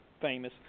famous